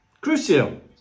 Crucial